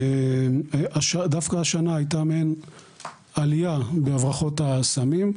דווקא השנה הייתה מעין עלייה בהברחות הסמים.